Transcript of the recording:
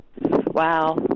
Wow